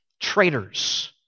Traitors